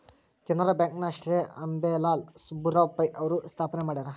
Canara bank ನ ಶ್ರೇ ಅಂಬೇಲಾಲ್ ಸುಬ್ಬರಾವ್ ಪೈ ಅವರು ಸ್ಥಾಪನೆ ಮಾಡ್ಯಾರ